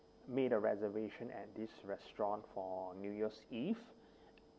made a reservation at this restaurant for new year's eve